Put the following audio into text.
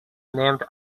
named